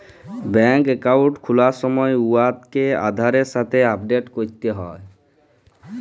ব্যাংকে একাউল্ট খুলার সময় উয়াকে আধারের সাথে আপডেট ক্যরতে হ্যয়